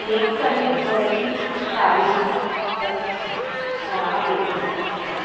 कियत् सम्यक् भवति खादितुं तत् अपेक्षितम्